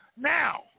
Now